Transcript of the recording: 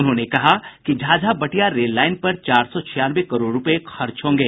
उन्होंने कहा कि झाझा बटिया रेललाईन पर चार सौ छियानवे करोड़ रूपये खर्च होंगे